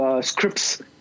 scripts